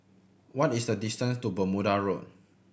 what is the distance to Bermuda Road